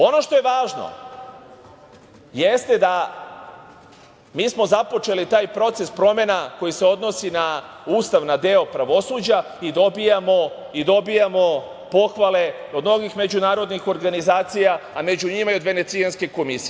Ono što je važno jeste da smo mi započeli taj proces promena koji se odnosi na Ustav, na deo pravosuđa i dobijamo pohvale od mnogi međunarodnih organizacija, a među njima i od Venecijanske komisije.